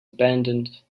abandoned